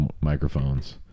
microphones